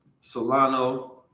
Solano